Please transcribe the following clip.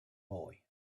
boy